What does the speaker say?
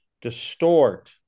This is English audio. distort